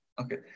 Okay